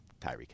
Tyreek